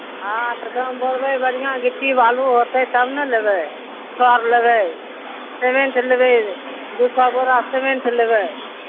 हॅं तऽ दाम बोलबै बढ़िऑं गिट्टी बालू होतै तब ने लेबै छर लेबै सेमेंट लेबै दू सए बोरा सिमेंट लेबै